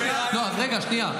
לא הבנתי, אתם רוצים שזה יהיה?